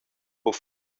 buca